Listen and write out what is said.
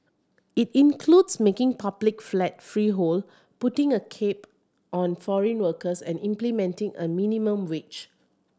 it includes making public flats freehold putting a cap on foreign workers and implementing a minimum wage